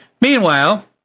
Meanwhile